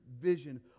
vision